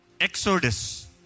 Exodus